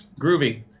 Groovy